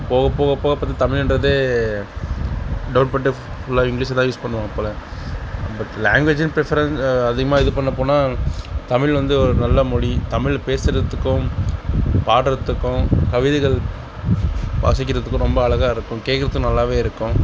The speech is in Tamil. போக போக போக பார்த்தா தமிழ்ன்றதே டவுன் பண்ணிட்டு ஃபுல்லாக இங்கிலீஷை தான் யூஸ் பண்ணுவாங்க போல பட் லாங்குவேஜ்னு பேசுவது அதிகமாக இது பண்ண போனால் தமிழ் வந்து ஒரு நல்ல மொழி தமிழ் பேசுகிறத்துக்கும் பாடுறத்துக்கும் கவிதைகள் வாசிக்கிறத்துக்கும் ரொம்ப அழகாயிருக்கும் கேக்கிறதுக்கு நல்லா இருக்கும்